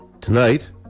Tonight